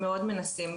מאוד מנסים,